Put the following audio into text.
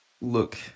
look